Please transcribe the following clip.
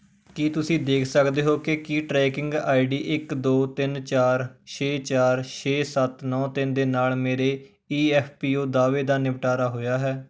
ਕੀ ਤੁਸੀਂ ਦੇਖ ਸਕਦੇ ਹੋ ਕਿ ਕੀ ਟਰੈਕਿੰਗ ਆਈ ਡੀ ਇੱਕ ਦੋ ਤਿੰਨ ਚਾਰ ਛੇ ਚਾਰ ਛੇ ਸੱਤ ਨੌਂ ਤਿੰਨ ਦੇ ਨਾਲ ਮੇਰੇ ਈ ਐੱਫ ਪੀ ਓ ਦਾਅਵੇ ਦਾ ਨਿਪਟਾਰਾ ਹੋਇਆ ਹੈ